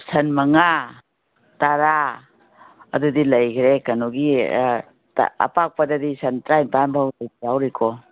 ꯁꯟ ꯃꯉꯥ ꯇꯔꯥ ꯑꯗꯨꯗꯤ ꯂꯩꯈ꯭ꯔꯦ ꯀꯩꯅꯣꯒꯤ ꯑꯥ ꯑꯄꯥꯛꯄꯗꯗꯤ ꯁꯟ ꯇ꯭ꯔꯥꯏꯝꯄꯥꯟ ꯐꯥꯎꯒꯤ ꯂꯤꯛ ꯌꯥꯎꯔꯤꯀꯣ